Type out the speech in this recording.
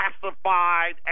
classified